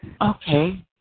Okay